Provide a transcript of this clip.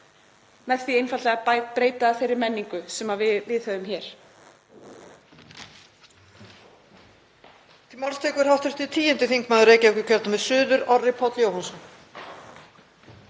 með því einfaldlega að breyta þeirri menningu sem við viðhöfum hér.